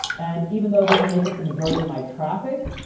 and even though it doesn't make up the majority of my traffic,